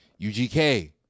UGK